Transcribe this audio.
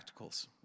practicals